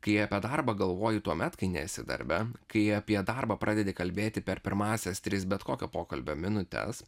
kai apie darbą galvoji tuomet kai nesi darbe kai apie darbą pradedi kalbėti per pirmąsias tris bet kokio pokalbio minutes